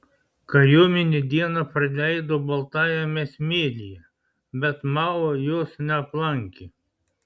kariuomenė dieną praleido baltajame smėlyje bet mao jos neaplankė